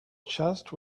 chest